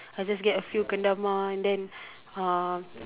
I just get a few kendama and then uh